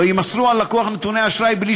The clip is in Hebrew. לא יימסרו על לקוח נתוני אשראי בלי